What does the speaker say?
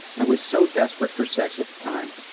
i was so desperate for sex at that time.